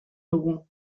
dugu